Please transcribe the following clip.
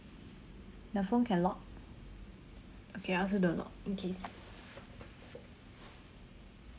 the phone can lock okay I also don't lock in case